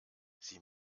sie